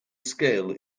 scale